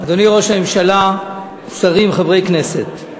אדוני ראש הממשלה, שרים, חברי הכנסת,